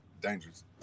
Dangerous